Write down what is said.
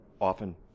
often